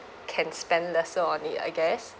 can spend lesser on it I guess